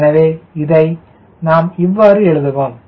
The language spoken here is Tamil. எனவே இதை நாம் இவ்வாறு எழுதுவோம்